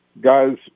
guys